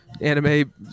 anime